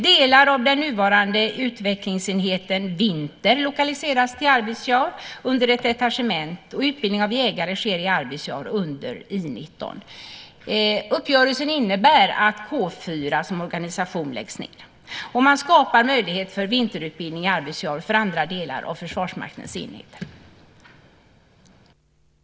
Delar av den nuvarande utvecklingsenheten Vinter lokaliseras till Arvidsjaur under ett detachement, och utbildning av jägare sker i Arvidsjaur under I 19. Uppgörelsen innebär att K 4 som organisation läggs ned, och man skapar möjlighet för vinterutbildning i Arvidsjaur för andra delar av Försvarsmaktens enheter.